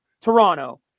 Toronto